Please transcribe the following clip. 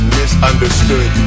misunderstood